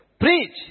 Preach